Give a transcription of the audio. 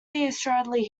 assuredly